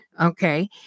Okay